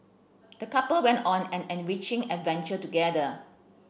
the couple went on an enriching adventure together